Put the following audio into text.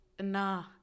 nah